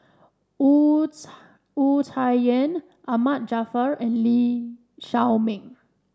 Wu Tsai Wu Tsai Yen Ahmad Jaafar and Lee Shao Meng